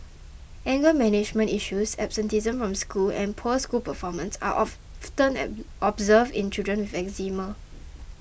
anger management issues absenteeism from school and poor school performance are observed in children with Eczema